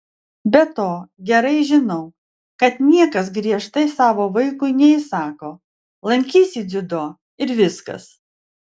be to gerai žinau kad niekas griežtai savo vaikui neįsako lankysi dziudo ir viskas